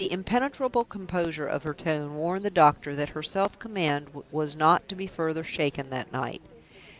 the impenetrable composure of her tone warned the doctor that her self-command was not to be further shaken that night.